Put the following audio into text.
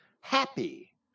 happy